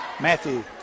Matthew